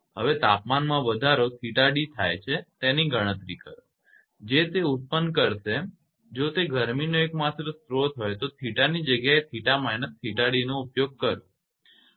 હવે તાપમાનમાં વધારો 𝜃𝑑 થાય છે તેની ગણતરી કરો જે તે ઉત્પન્ન કરશે જો તે ગરમીનો એક માત્ર સ્રોત હોય તો 𝜃 ની જગ્યાએ 𝜃−𝜃𝑑 નો ઉપયોગ કરો